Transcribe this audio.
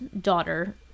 daughter